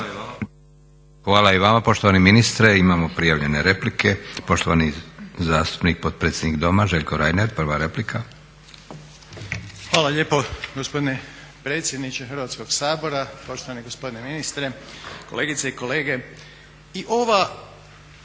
Hvala i vama poštovani ministre. Imamo prijavljene replike. Poštovani zastupnik, potpredsjednik Doma, Željko Reiner, prva replika. **Reiner, Željko (HDZ)** Hvala lijepo gospodine predsjedniče Hrvatskoga sabora, poštovani gospodine ministre, kolegice i kolege.